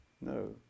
No